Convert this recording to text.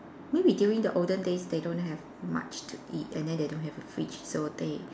maybe during the olden days they don't have much to eat and then they don't have a fridge so they